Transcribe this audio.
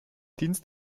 dienst